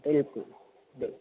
बिल्कुलु बिल्कुलु